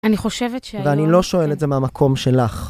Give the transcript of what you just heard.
אני חושבת ש... ואני לא שואל את זה מהמקום שלך.